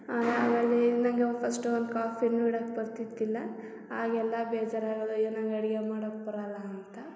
ಅದೇ ಆಮೇಲೆ ನಂಗೆ ಒಂದು ಫಸ್ಟು ಒಂದು ಕಾಫೀನೂ ಇಡಕ್ ಬರ್ತಿದ್ದಿಲ್ಲ ಆಗೆಲ್ಲ ಬೇಜಾರಾಗೋದು ಅಯ್ಯೋ ನಂಗ್ ಅಡ್ಗೆ ಮಾಡಕ್ಕೆ ಬರಲ್ಲ ಅಂತ